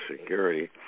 security